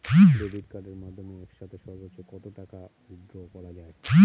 Debit কার্ডের মাধ্যমে একসাথে সর্ব্বোচ্চ কত টাকা উইথড্র করা য়ায়?